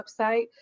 website